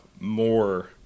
more